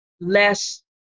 less